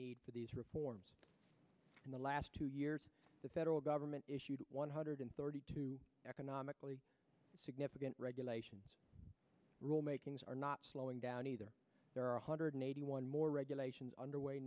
need for these reforms in the last two years the federal government issued one hundred thirty two economically significant regulations rule makings are not slowing down either there are one hundred eighty one more regulations under way